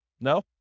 No